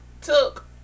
took